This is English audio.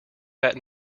that